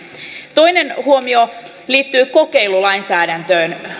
toinen huomio liittyy kokeilulainsäädäntöön